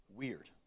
Weird